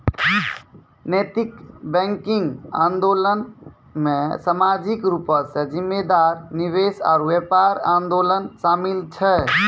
नैतिक बैंकिंग आंदोलनो मे समाजिक रूपो से जिम्मेदार निवेश आरु व्यापार आंदोलन शामिल छै